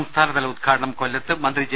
സംസ്ഥാനതല ഉദ്ഘാടനം കൊല്ലത്ത് മന്ത്രി ജെ